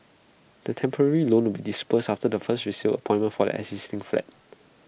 the temporary loan will be disbursed after the first resale appointment for their existing flat